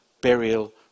burial